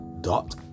dot